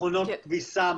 מכונות כביסה,